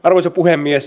arvoisa puhemies